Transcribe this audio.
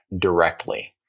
directly